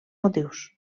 motius